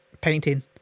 painting